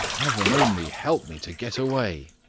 heaven only help me to get away!